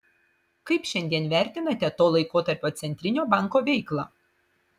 kaip šiandien vertinate to laikotarpio centrinio banko veiklą